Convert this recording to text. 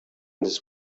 this